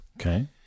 Okay